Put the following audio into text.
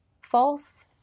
false